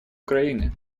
украины